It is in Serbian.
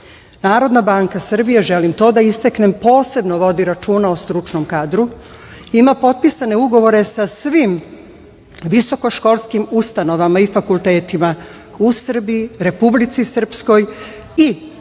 zakona. Narodna banka Srbije, želim to da istaknem, posebno vodi računa o stručnom kadru. Ima potpisane ugovore sa svim visokoškolskim ustanovama i fakultetima u Srbiji, Republici Srpskoj i